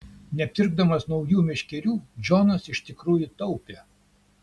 nepirkdamas naujų meškerių džonas iš tikrųjų taupė